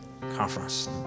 conference